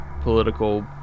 political